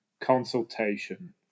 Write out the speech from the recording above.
consultation